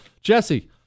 Jesse